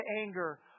anger